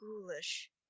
ghoulish